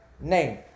name